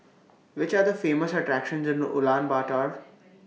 Which Are The Famous attractions in Ulaanbaatar